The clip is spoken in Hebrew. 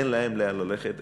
אין להם לאן ללכת,